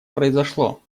произошло